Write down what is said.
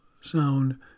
sound